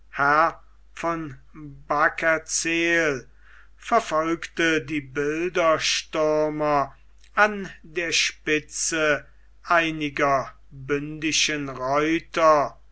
von beckerzeel verfolgte die bilderstürmer an der spitze einiger bündischen reiter